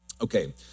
Okay